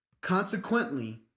Consequently